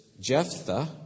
Jephthah